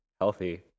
healthy